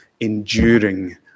enduring